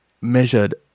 measured